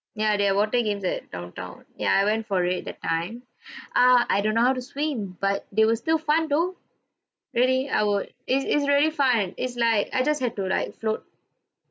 ya they have water games at downtown ya I went for it that time uh I don't know how to swim but they were still fun though really I would it's it's really fun it's like I just had to like float